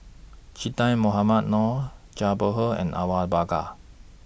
Che Dah Mohamed Noor Zhang Bohe and Awang Bakar